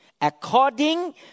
according